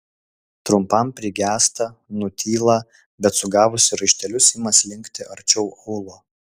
trumpam prigęsta nutyla bet sugavusi raištelius ima slinkti arčiau aulo